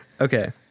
Okay